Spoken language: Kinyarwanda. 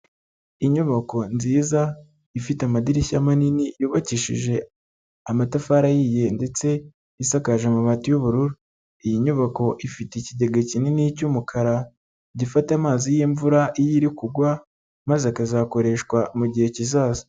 Inyubako nziza ifite amadirishya manini yubakishije amatafari ahiye ndetse isakaje amabati y'ubururu, iyi nyubako ifite ikigega kinini cy'umukara gifata amazi y'imvura iyo iri kugwa maze akazakoreshwa mu gihe kizaza.